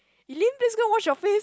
Eileen please go wash your face